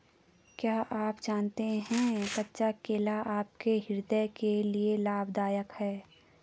क्या आप जानते है कच्चा केला आपके हृदय के लिए लाभदायक है?